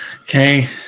Okay